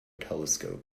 telescope